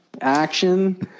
Action